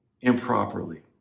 improperly